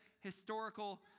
historical